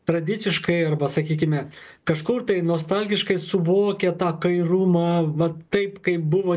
tradiciškai arba sakykime kažkur tai nostalgiškai suvokia tą kairumą vat taip kaip buvo